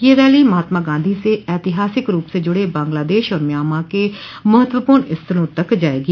यह रैली महात्मा गांधी से ऐतिहासिक रूप से जुड़े बांग्लादेश और म्यांमा के महत्वपूर्ण स्थलों तक जायेगी